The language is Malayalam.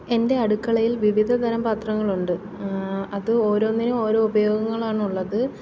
എൻ്റെ അടുക്കളയിൽ വിവിധതരം പാത്രങ്ങളുണ്ട് അത് ഓരോന്നിനും ഓരോ ഉപയോഗങ്ങളാണുള്ളത്